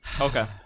Okay